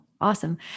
awesome